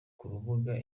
rubuga